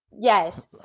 Yes